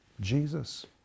Jesus